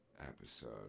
episode